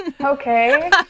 Okay